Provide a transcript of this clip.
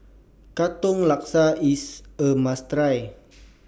Katong Laksa IS A must Try